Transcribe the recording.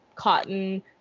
cotton